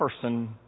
person